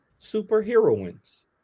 superheroines